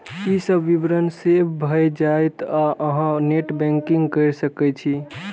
ई सब विवरण सेव भए जायत आ अहां नेट बैंकिंग कैर सकै छी